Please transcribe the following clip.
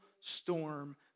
storm